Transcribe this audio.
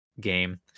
game